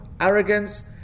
arrogance